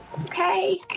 Okay